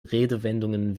redewendungen